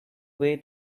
way